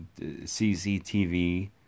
CCTV